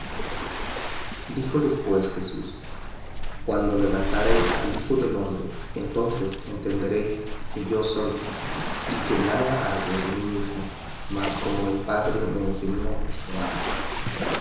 díjoles pues jesús cuando levantareis al hijo del hombre entonces entenderéis que yo soy y que nada hago de mí mismo mas como el padre me enseñó esto hablo mas